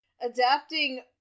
Adapting